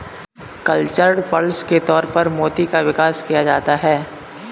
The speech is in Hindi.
कल्चरड पर्ल्स के तौर पर मोती का विकास किया जाता है